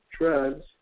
drugs